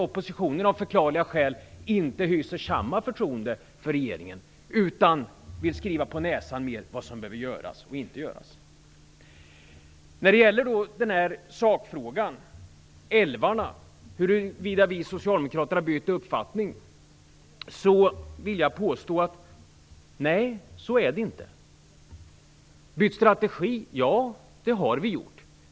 Oppositionen hyser, av förklarliga skäl, inte samma förtroende för regeringen utan vill skriva den på näsan vad som behöver göras. När det gäller sakfrågan, om vi socialdemokrater har bytt uppfattning när det gäller älvarna, vill jag säga att det har vi inte. Bytt strategi har vi gjort.